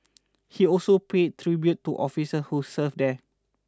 he also paid tribute to officers who served there